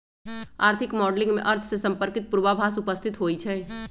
आर्थिक मॉडलिंग में अर्थ से संपर्कित पूर्वाभास उपस्थित होइ छइ